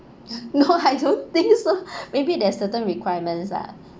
no I don't think so maybe there's certain requirements ah